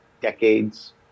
decades